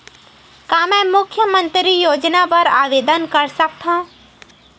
का मैं मुख्यमंतरी योजना बर आवेदन कर सकथव?